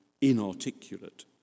inarticulate